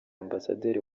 ambasaderi